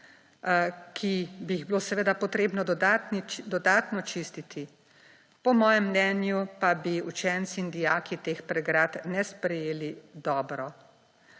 bi jih bilo seveda potrebno dodatno čistiti. Po mojem mnenju pa bi učenci in dijaki teh pregrad ne sprejeli dobro.